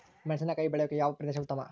ಮೆಣಸಿನಕಾಯಿ ಬೆಳೆಯೊಕೆ ಯಾವ ಪ್ರದೇಶ ಉತ್ತಮ?